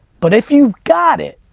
but if you've got it.